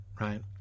right